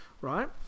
right